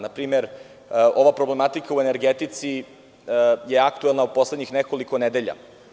Na primer, ova problematika u energetici je aktuelna u poslednjih nekoliko nedelja.